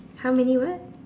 how many what